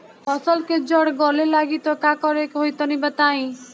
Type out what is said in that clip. फसल के जड़ गले लागि त का करेके होई तनि बताई?